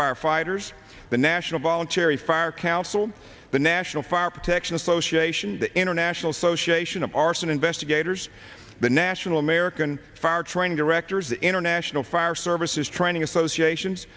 firefighters the national voluntary fire council the national fire protection association the international association of arson investigators the national american fire training directors international fire services training associations